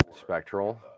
Spectral